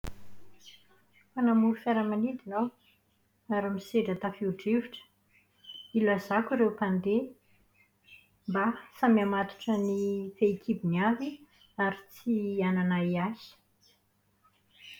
Mpanamory fiaramanidina aho ary misedra tafio-drivotra. Ilazàko ireo mpandeha mba samy hamatotra ny fehikibony avy, ary tsy hanahiahy.